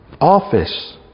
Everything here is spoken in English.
office